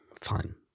fine